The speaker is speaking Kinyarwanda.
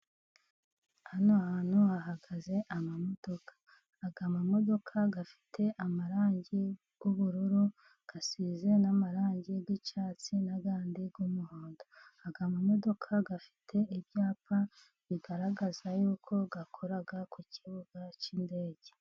Hano hantu hahagaze amamodoka . Amamodoka afite amarangi y'ubururu, asize n'amarangi y'icyatsi , n'ayandi y'umuhondo , amamodoka afite ibyapa bigaragaza yuko akora ku kibuga cy'indege.